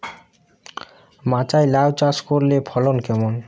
মাচায় লাউ চাষ করলে ফলন কেমন?